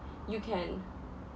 you can